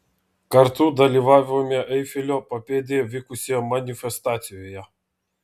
kartu dalyvavome eifelio papėdėje vykusioje manifestacijoje